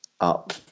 up